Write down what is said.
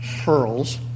pearls